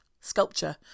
sculpture